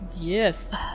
Yes